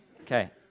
Okay